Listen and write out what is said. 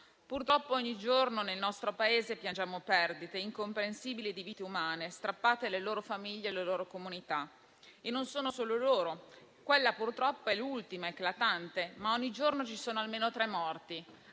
Purtroppo, ogni giorno nel nostro Paese piangiamo perdite incomprensibili di vite umane, strappate alle loro famiglie e alle loro comunità. Non c'è solo il caso più recente: quello, purtroppo, è l'ultimo caso eclatante, ma ogni giorno ci sono almeno tre morti.